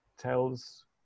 tells